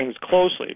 closely